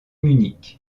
munich